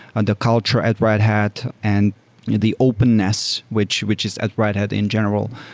and culture at red hat and the openness, which which is at red hat in general.